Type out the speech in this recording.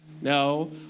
No